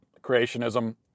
creationism